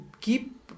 keep